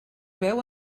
veu